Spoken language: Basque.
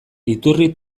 iturri